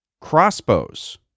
Crossbows